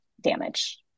damage